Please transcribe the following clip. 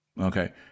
Okay